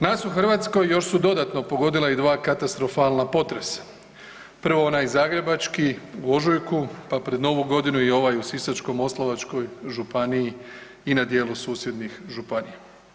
Nas u Hrvatskoj još su dodatno pogodila i dva katastrofalna potresa, prvo onaj zagrebački u ožujku, pa pred Novu godinu i ovaj u Sisačko-moslavačkoj županiji i na dijelu susjednih županija.